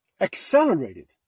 accelerated